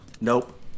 Nope